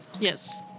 Yes